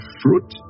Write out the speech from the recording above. fruit